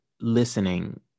listening